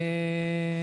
אין פה שום ויכוח.